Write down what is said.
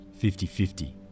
50-50